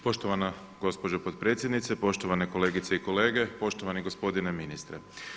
Poštovana gospođa potpredsjednice, poštovane kolegice i kolege, poštovani gospodine ministre.